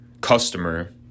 customer